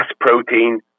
protein